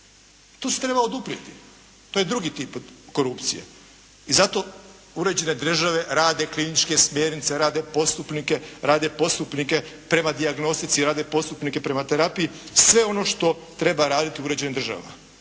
Tu se treba oduprijeti. To je drugi tip korupcije i zato uređene države rade kliničke smjernice, rade posupnike, rade posupnike prema dijagnostici, rade posupnike prema terapiji, sve ono što treba raditi uređena država.